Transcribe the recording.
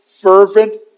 fervent